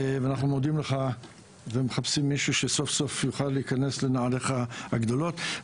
אנחנו מודים לך ומחפשים מישהו שסוף-סוף יוכל להיכנס לנעליך הגדולות,